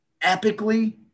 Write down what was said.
epically